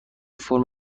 فرم